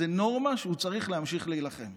זה נורמה שהוא צריך להמשיך להילחם.